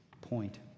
point